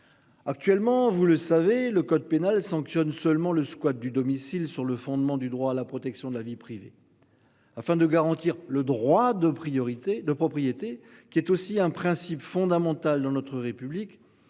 Actuellement, vous le savez, le code pénal sanctionne seulement le squat du domicile sur le fondement du droit à la protection de la vie privée. Afin de garantir le droit de priorité de propriété qui est aussi un principe fondamental dans notre République.